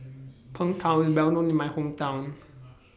Png Tao IS Well known in My Hometown